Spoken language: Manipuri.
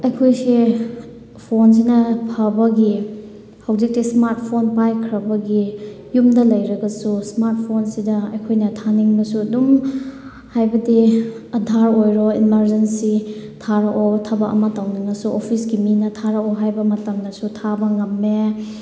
ꯑꯩꯈꯣꯏꯁꯦ ꯐꯣꯟꯁꯤꯅ ꯐꯕꯒꯤ ꯍꯧꯖꯤꯛꯇꯤ ꯏꯁꯃꯥꯔꯠ ꯐꯣꯟ ꯄꯥꯏꯈ꯭ꯔꯕꯒꯤ ꯌꯨꯝꯗ ꯂꯩꯔꯒꯁꯨ ꯏꯁꯃꯥꯔꯠ ꯐꯣꯟꯁꯤꯗ ꯑꯩꯈꯣꯏꯅ ꯊꯥꯅꯤꯡꯕꯁꯨ ꯑꯗꯨꯝ ꯍꯥꯏꯕꯗꯤ ꯑꯙꯥꯔ ꯑꯣꯏꯔꯣ ꯏꯃꯥꯔꯖꯦꯟꯁꯤ ꯊꯥꯔꯛꯑꯣ ꯊꯕꯛ ꯑꯃ ꯇꯧꯅꯤꯡꯉꯁꯨ ꯑꯣꯐꯤꯁꯀꯤ ꯃꯤꯅ ꯊꯥꯔꯛꯑꯣ ꯍꯥꯏꯕ ꯃꯇꯝꯗꯁꯨ ꯊꯥꯕ ꯉꯝꯃꯦ